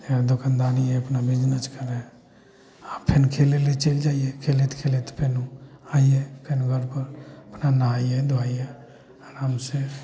दोकानदारी हइ अपना बिजनेस करऽ हइ फेर खेलै लए चलि जइयै फेर खेलैत खेलैत फेर आइयै फेर घर पर अपना नहइयै धोइयै आराम से